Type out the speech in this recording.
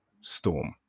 storm